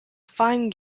fine